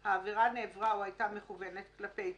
"(4) העבירה נעברה או הייתה מכוונת כלפי קשישים,